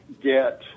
get